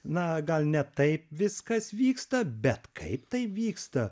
na gal ne taip viskas vyksta bet kaip tai vyksta